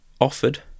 offered